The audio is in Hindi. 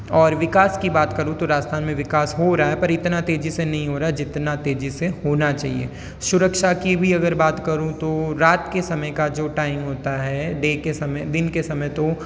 और विकास की बात करूँ तो राजस्थान में विकास हो रहा है पर इतना तेज़ी से नहीं हो रहा है जितना तेज़ी से होना चाहिए सुरक्षा की भी अगर बात करूँ तो रात के समय का जो टाइम होता है डे के समय दिन के समय तो